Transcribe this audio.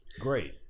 great